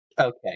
okay